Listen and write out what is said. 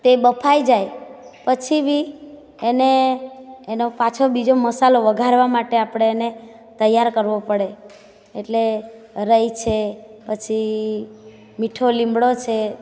તે બફાઈ જાય પછી બી એને એનો પાછો બીજો મસાલો વઘારવા માટે એને તૈયાર કરવો પડે એટલે રાઈ છે પછી મીઠો લીમડો છે